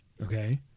Okay